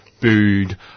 booed